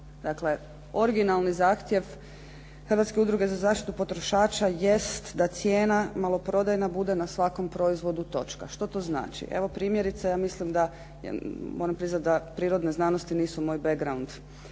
Dakle, originalni zahtjev Hrvatske udruge za zaštitu potrošača jest da cijena maloprodajna bude na svakom proizvodu točka. Što to znači? Evo primjerice, moram priznati da prirodne znanosti nisu moj background